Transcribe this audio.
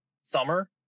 summer